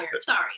Sorry